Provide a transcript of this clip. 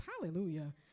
Hallelujah